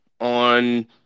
on